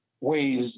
ways